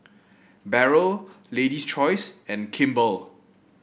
Barrel Lady's Choice and Kimball